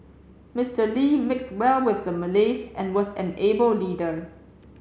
Mister Lee mixed well with the Malays and was an able leader